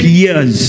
years